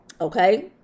okay